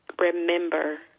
remember